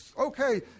Okay